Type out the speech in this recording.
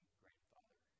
grandfather